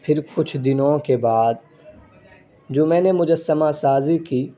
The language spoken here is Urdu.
پھر کچھ دنوں کے بعد جو میں نے مجسمہ سازی کی